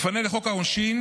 מפנה לחוק העונשין,